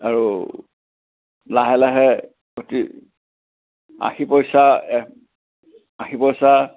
আৰু লাহে লাহে আশী পইচা আশী পইচা